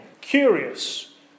curious